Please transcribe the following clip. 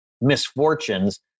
misfortunes